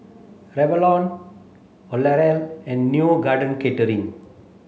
Revlon L'Oreal and Neo Garden Catering